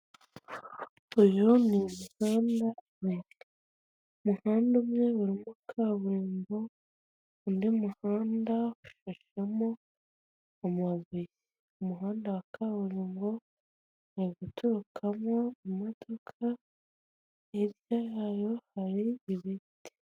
Mu nzu y'ubucuruzi etajeri ndende ziriho ibiribwa bitandukanye, harimo ibirungo bikoreshwa mu cyayi. Ikiganza cy'ufashe icupa mu ntoki.